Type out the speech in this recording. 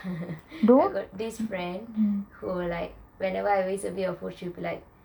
this friend who like whenever I waste a bit of food she would be like